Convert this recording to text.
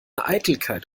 eitelkeit